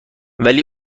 ولی